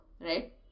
right